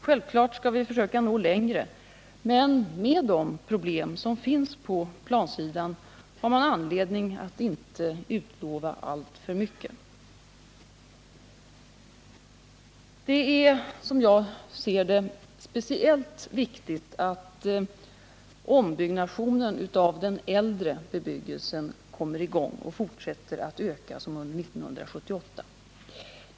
Självklart skall vi försöka nå längre, men med de problem som finns på plansidan har man anledning att inte utlova alltför mycket. Det är, som jag ser det, speciellt viktigt att ombyggnationen av den äldre bebyggelsen kommer i gång och fortsätter att öka under 1979.